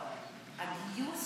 גיוס